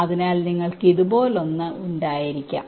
അതിനാൽ നിങ്ങൾക്ക് ഇതുപോലൊന്ന് ഉണ്ടായിരിക്കാം